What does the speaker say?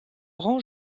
rend